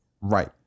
Right